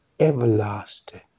everlasting